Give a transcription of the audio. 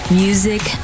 music